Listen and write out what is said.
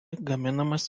gaminamas